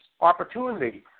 opportunity